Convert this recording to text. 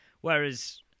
Whereas